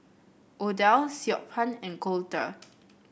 Odell Siobhan and Colter